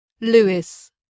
Lewis